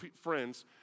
friends